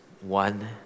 one